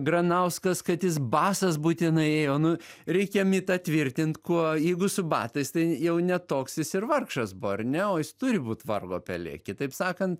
granauskas kad jis basas būtinai ėjo nu reikia mitą tvirtint kuo jeigu su batais tai jau ne toks jis ir vargšas buvo ar ne o jis turi būt vargo pelė kitaip sakant